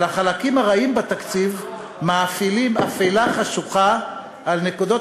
אבל החלקים הרעים בתקציב מאפילים אפלה חשוכה על נקודות,